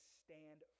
stand